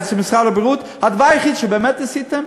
הדבר היחיד שבאמת עשיתם,